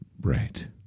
Right